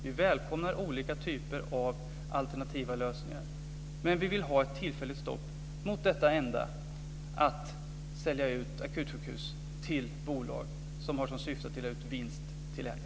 Vi välkomnar olika typer av alternativa lösningar. Men vi vill ha ett tillfälligt stopp mot utförsäljning av akutsjukhus till bolag som har till syfte att dela ut vinst till ägare.